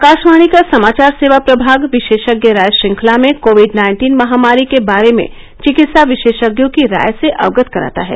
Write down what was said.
आकाशवाणी का समाचार सेवा प्रभाग विशेषज्ञ राय श्रृंखला में कोविड नाइन्टीन महामारी के बारे में चिकित्सा विशेषज्ञों की राय से अवगत कराता है